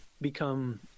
become